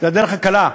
זו הדרך הקלה.